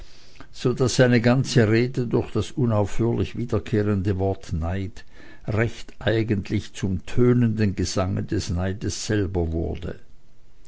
so daß seine ganze rede durch das unaufhörlich wiederkehrende wort neid recht eigentlich zum tönenden gesange des neides selbst wurde